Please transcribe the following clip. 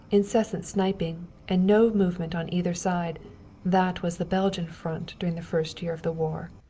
incessant sniping and no movement on either side that was the belgian front during the first year of the war.